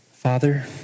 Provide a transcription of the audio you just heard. Father